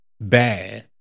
bad